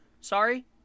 Sorry